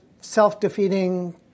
self-defeating